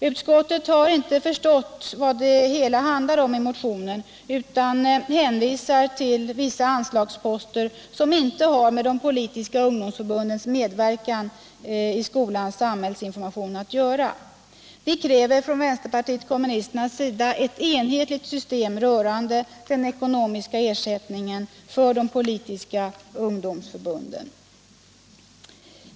Utskottet har tydligen inte förstått vad det handlar om i motionen, utan hänvisar till vissa anslagsposter som inte har med de politiska ungdomsförbundens medverkan i skolans samhällsinformation att göra. Vi kräver från vänsterpartiet kommunisternas sida ett enhetligt system rörande den ekonomiska ersättningen till de politiska ungdomsförbunden.